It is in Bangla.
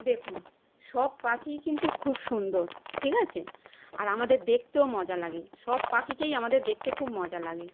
দেখুন সব পাখিই কিন্তু খুব সুন্দর ঠিক আছে আর আমাদের দেখতেও মজা লাগে সব পাখিকেই আমাদের দেখতে খুব মজা লাগে